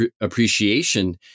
appreciation